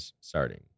starting